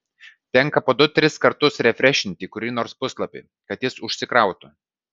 tenka po du tris kartus refrešinti kurį nors puslapį kad jis užsikrautų